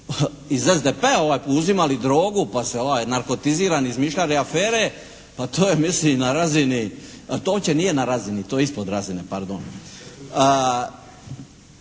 iz SDP-a uzimali drogu pa se narkotizirani izmišljali afere to je mislim na razini, to uopće nije na razini, to je ispod razine pardon.